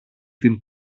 την